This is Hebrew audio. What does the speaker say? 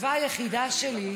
התקווה היחידה שלי,